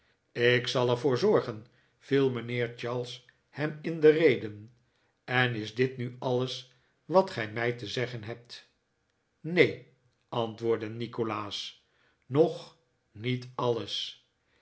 ik zal er voor zorgen viel mijnheer charles hem in de rede en is dit nu alles wat gij mij te zeggen hebt neen antwoordde nikolaas nog niet alles